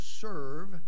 serve